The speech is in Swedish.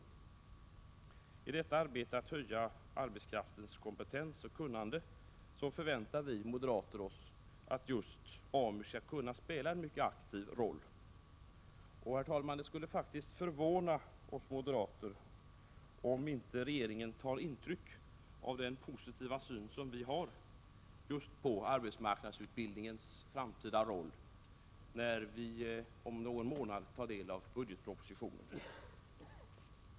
I arbetet att höja arbetskraftens kompetens och kunnande förväntar vi moderater oss att just AMU skall kunna spela en mycket aktiv roll. Det skulle faktiskt förvåna oss moderater om inte regeringen tar intryck av den positiva syn som vi har på just arbetsmarknadsutbildningens framtida roll. Det får vi se när vi om någon månad tar del av budgetpropositionen.